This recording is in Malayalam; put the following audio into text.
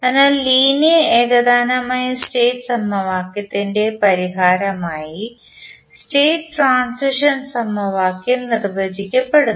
അതിനാൽ ലീനിയർ ഏകതാനമായ സ്റ്റേറ്റ് സമവാക്യത്തിൻറെ പരിഹാരമായി സ്റ്റേറ്റ് ട്രാൻസിഷൻ സമവാക്യം നിർവചിക്കപ്പെടുന്നു